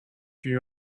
you